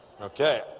Okay